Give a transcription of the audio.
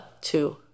two